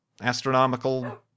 astronomical